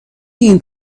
این